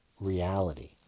reality